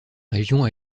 région